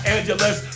Angeles